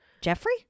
Jeffrey